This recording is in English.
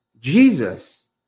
Jesus